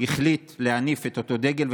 החליט להניף את אותו דגל,